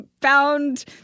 found